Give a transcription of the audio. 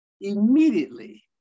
immediately